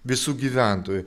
visų gyventojų